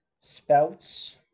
spouts